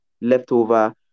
leftover